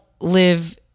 live